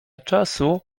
czasu